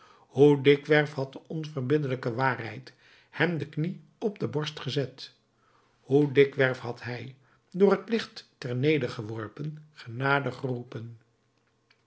hoe dikwerf had de onverbiddelijke waarheid hem de knie op de borst gezet hoe dikwerf had hij door het licht ternedergeworpen genade geroepen